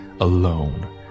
alone